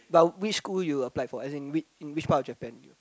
but which school you applied for as in which in which part of Japan